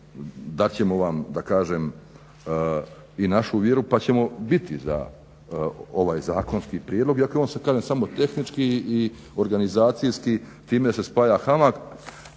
da kažem i našu vjeru pa ćemo biti za ovaj zakonski prijedlog iako je on sad samo tehnički i organizacijski, time se spaja HAMAG,